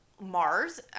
Mars